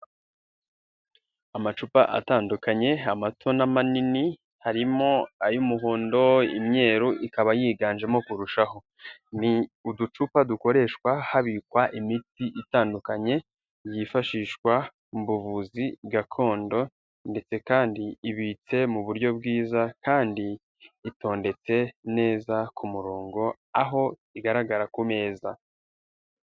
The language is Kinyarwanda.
Amacupa atandukanye amato n'amanini harimo ay'umuhondo, imyeru ikaba yiganjemo kurushaho. Ni uducupa dukoreshwa habikwa imiti itandukanye yifashishwa mubuvuzi gakondo ndetse kandi ibitse mu buryo bwiza kandi itondetse neza ku murongo aho igaragara ku meza.